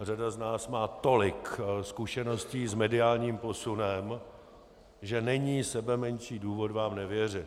Řada z nás má tolik zkušeností s mediálním posunem, že není sebemenší důvod vám nevěřit.